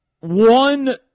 one